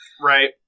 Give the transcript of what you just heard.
right